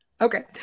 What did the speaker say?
Okay